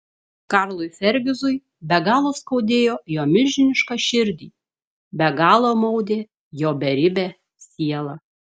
karlui fergizui be galo skaudėjo jo milžinišką širdį be galo maudė jo beribę sielą